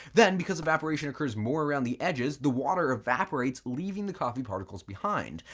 then, because evaporation occurs more around the edges, the water evaporates leaving the coffee particles behind,